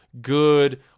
good